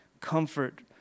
comfort